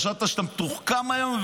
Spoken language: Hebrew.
וחשבת שאתה מתוחכם היום,